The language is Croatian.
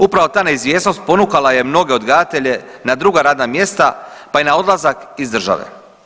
Upravo ta neizvjesnost ponukala je mnoge odgajatelje na druga radna mjesta, pa i na odlazak iz države.